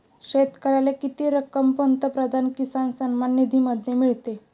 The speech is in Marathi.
शेतकऱ्याला किती रक्कम पंतप्रधान किसान सन्मान निधीमध्ये मिळते?